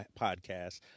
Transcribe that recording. podcast